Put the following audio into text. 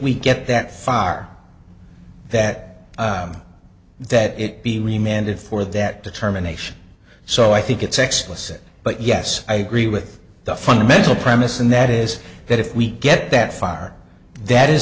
we get that far that that it be remanded for that determination so i think it's exquisite but yes i agree with the fundamental premise and that is that if we get that far that is